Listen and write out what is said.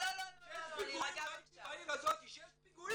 ששה פיגועים